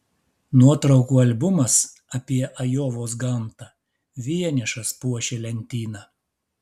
nuotraukų albumas apie ajovos gamtą vienišas puošė lentyną